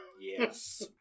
Yes